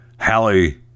Hallie